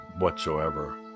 whatsoever